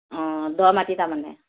অ দ' মাটি তাৰমানে